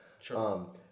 Sure